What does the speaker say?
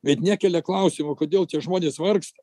bet nekelia klausimo kodėl žmonės vargsta